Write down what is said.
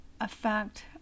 affect